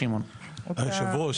היו"ר,